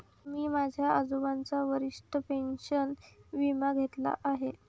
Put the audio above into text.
मी माझ्या आजोबांचा वशिष्ठ पेन्शन विमा घेतला आहे